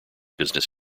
business